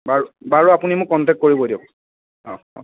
বাৰু বাৰু আপুনি মোক কণ্টেক্ট কৰিব দিয়ক